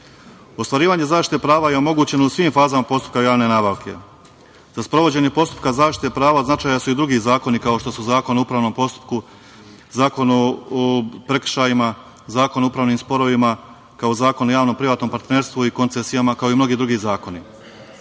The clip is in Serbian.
Komisije. Ostvarivanje zaštite prava je omogućeno u svim fazama postupka javne nabavke. Za sprovođenje postupka zaštite prava značajni su i drugi zakoni, kao što su Zakon o upravnom postupku, Zakon o prekršajima, Zakon o upravnim sporovima, kao Zakon o javnom privatnom partnerstvu i koncesijama, kao i mnogi drugi